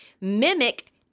mimic